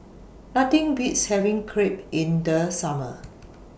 Nothing Beats having Crepe in The Summer